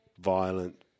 violent